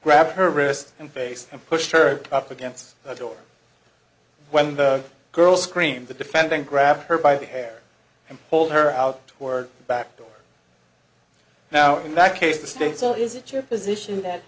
grabbed her wrist and face and pushed her up against the door when the girl screamed the defendant grabbed her by the hair and pulled her out toward the back door now in that case the state so is it your position that